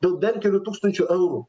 dėl bent kelių tūkstančių eurų